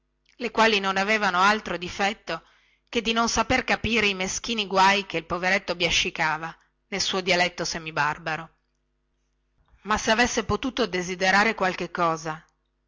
le quali non avevano altro difetto che di non saper capire i meschini guai che il poveretto biascicava nel suo dialetto semibarbaro ma se avesse potuto desiderare qualche cosa